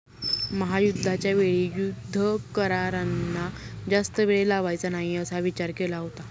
महायुद्धाच्या वेळी युद्ध करारांना जास्त वेळ लावायचा नाही असा विचार केला होता